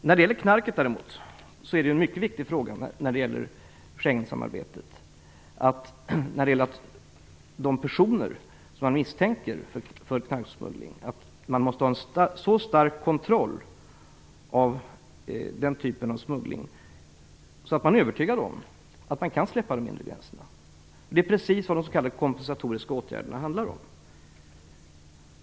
När det gäller narkotikasmuggling är en mycket viktig fråga inom Schengensamarbetet att se till att man ha en så stark kontroll av den typen av smuggling, att man är övertygad om att man kan släppa kontrollen vid de inre gränserna. Det är precis vad de s.k. kompensatoriska åtgärderna handlar om.